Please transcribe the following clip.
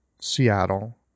Seattle